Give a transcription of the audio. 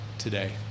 today